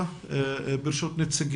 ד"ר דינה צימרמן,